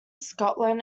scotland